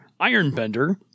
Ironbender